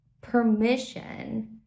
permission